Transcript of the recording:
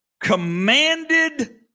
commanded